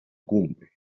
cumbre